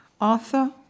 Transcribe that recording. Arthur